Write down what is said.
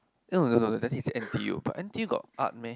that thing is n_t_u but n_t_u got art meh